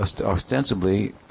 ostensibly